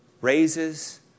raises